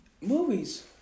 movies